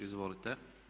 Izvolite.